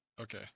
Okay